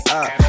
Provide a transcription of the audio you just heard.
up